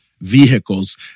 vehicles